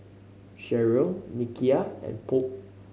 Sharyl Nikia and Polk